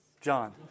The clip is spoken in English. John